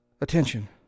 attention